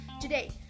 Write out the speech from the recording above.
Today